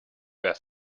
were